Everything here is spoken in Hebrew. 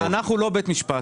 אלכס, אנחנו לא בית המשפט.